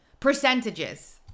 percentages